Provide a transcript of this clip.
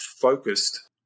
focused